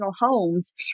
homes